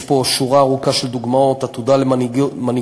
יש פה שורה ארוכה של דוגמאות: עתודה למנהיגות